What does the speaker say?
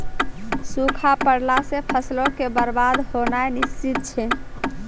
सूखा पड़ला से फसलो के बरबाद होनाय निश्चित छै